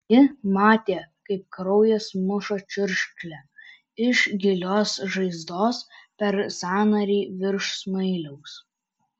ji matė kaip kraujas muša čiurkšle iš gilios žaizdos per sąnarį virš smiliaus